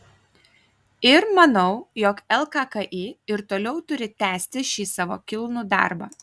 ir manau jog lkki ir toliau turi tęsti šį savo kilnų darbą